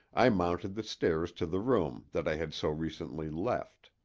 i mounted the stairs to the room that i had so recently left.